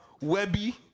Webby